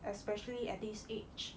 especially at this age